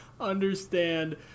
understand